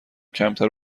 کمتر